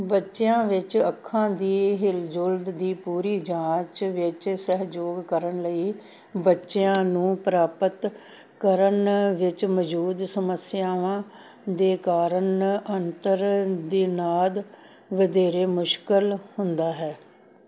ਬੱਚਿਆਂ ਵਿੱਚ ਅੱਖਾਂ ਦੀ ਹਿਲਜੁਲ ਦੀ ਪੂਰੀ ਜਾਂਚ ਵਿੱਚ ਸਹਿਯੋਗ ਕਰਨ ਲਈ ਬੱਚਿਆਂ ਨੂੰ ਪ੍ਰਾਪਤ ਕਰਨ ਵਿੱਚ ਮੌੌਜੂਦ ਸਮੱਸਿਆਵਾਂ ਦੇ ਕਾਰਨ ਅੰਤਰ ਦਿਨਾਦ ਵਧੇਰੇ ਮੁਸ਼ਕਲ ਹੁੰਦਾ ਹੈ